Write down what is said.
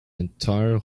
entire